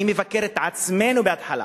אני מבקר את עצמנו בהתחלה,